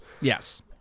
Yes